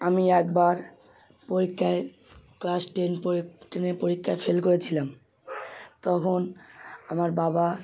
আমি একবার পরীক্ষায় ক্লাস টেন পড়ে টেনের পরীক্ষায় ফেল করেছিলাম তখন আমার বাবা